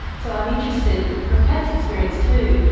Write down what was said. so i'm interested, from pat's experience too,